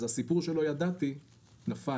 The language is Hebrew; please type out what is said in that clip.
אז הסיפור שלא ידעתי נפל,